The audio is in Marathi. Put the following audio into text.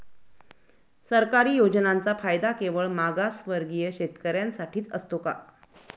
सरकारी योजनांचा फायदा केवळ मागासवर्गीय शेतकऱ्यांसाठीच असतो का?